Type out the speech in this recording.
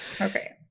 Okay